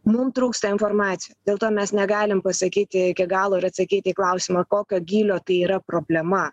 mum trūksta informacijo dėl to mes negalim pasakyti iki galo ir atsakyti į klausimą kokio gylio tai yra problema